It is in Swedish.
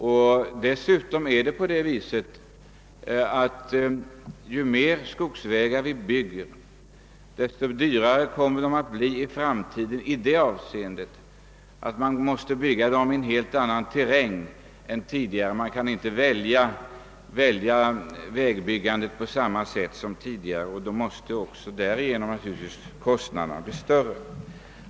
Förhållandet är att ju mer skogsvägar vi bygger, desto dyrare kommer de att bli, eftersom de i framtiden måste byggas i en helt annan terräng än tidigare. Man har när det gäller vägbyggandet inte samma valmöjligheter som tidigare, och det medför att kostnaderna blir större.